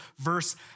verse